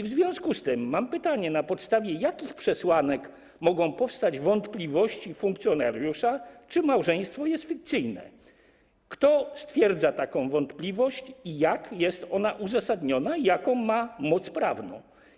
W związku z tym mam pytanie, na podstawie jakich przesłanek mogą powstać wątpliwości funkcjonariusza, czy małżeństwo jest fikcyjne, kto stwierdza taką wątpliwość i jak jest ona uzasadniona, jaką ma moc prawną.